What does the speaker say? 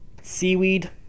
seaweed